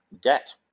debt